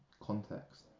context